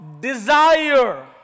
desire